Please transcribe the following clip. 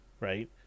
right